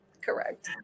correct